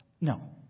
No